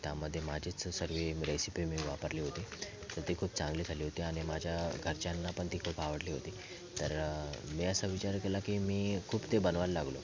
त्यामध्ये माझेच सर्व रेसिपी मी वापरली होती तर ती खूप चांगली झाली होती आणि माझ्या घरच्यांना पण ती खूप आवडली होती तर मी असा विचार केला की मी खूप ते बनवायला लागलो